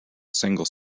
single